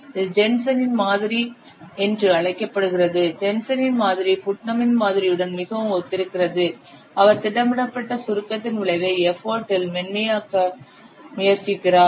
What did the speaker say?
இது ஜென்சனின் மாதிரி என்று அழைக்கப்படுகிறது ஜென்சனின் மாதிரி புட்னமின் மாதிரியுடன் மிகவும் ஒத்திருக்கிறது அவர் திட்டமிடப்பட்ட சுருக்கத்தின் விளைவை எஃபர்ட் இல் மென்மையாக்க முயற்சிக்கிறார்